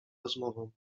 rozmową